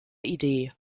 idee